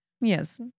Yes